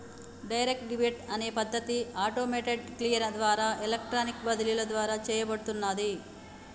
direct debit అనే పద్ధతి automated clear ద్వారా ఎలక్ట్రానిక్ బదిలీ ద్వారా చేయబడుతున్నాది